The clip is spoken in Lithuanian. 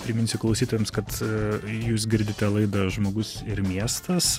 priminsiu klausytojams kad jūs girdite laidą žmogus ir miestas